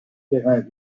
terrains